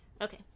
Okay